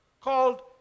called